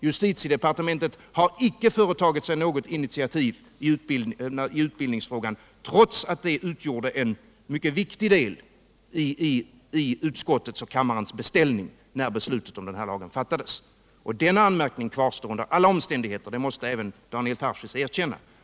Justitiedepartementet har inte tagit något initiativ i utbildningsfrågan trots att detta utgjorde en mycket viktig del i utskottets och kammarens beställning när beslutet om denna lag fattades. Och denna anmärkning kvarstår under alla omständigheter. Det måste även Daniel Tarschys erkänna.